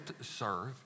serve